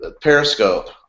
Periscope